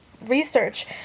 research